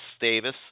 Davis